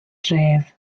dref